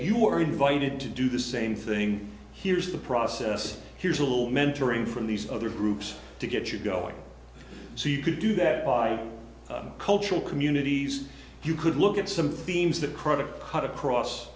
you were invited to do the same thing here's the process here's a little mentoring from these other groups to get you going so you could do that by cultural communities you could look at some themes that credit card across